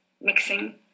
mixing